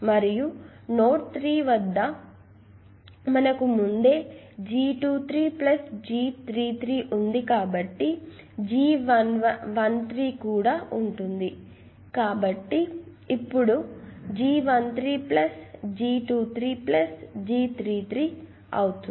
మరియు ఇది నోడ్ 3 వద్ద మనకు ముందే G23 G33 ఉంది ఇప్పుడు G13 కూడా ఉంటుంది కాబట్టి G13 G23 G33 అవుతుంది